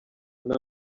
nta